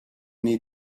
need